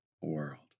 world